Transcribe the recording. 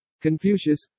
Confucius